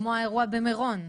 כמו האירוע במירון.